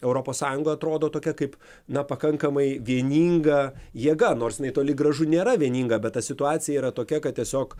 europos sąjunga atrodo tokia kaip na pakankamai vieninga jėga nors jinai toli gražu nėra vieninga bet ta situacija yra tokia kad tiesiog